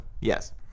Yes